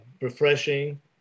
Refreshing